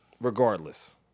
regardless